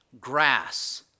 grass